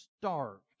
starved